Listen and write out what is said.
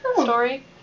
story